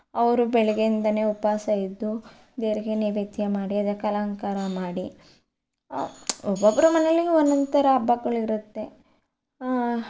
ಅವರು ಬೆಳಗ್ಗೆಯಿಂದಲೇ ಉಪವಾಸ ಇದ್ದು ದೇವರಿಗೆ ನೈವೇದ್ಯ ಮಾಡಿ ಅದಕ್ಕೆ ಅಲಂಕಾರ ಮಾಡಿ ಒಬ್ಬೊಬ್ಬರು ಮನೆಯಲ್ಲಿ ಒಂದೊಂದು ಥರ ಹಬ್ಬಗಳು ಇರುತ್ತೆ